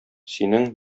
синең